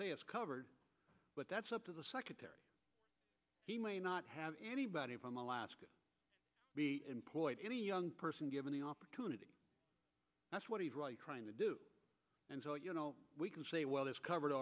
say it's covered but that's up to the secretary he may not have anybody from alaska employed any young person given the opportunity that's what he's trying to do and so you know we can say well it's covered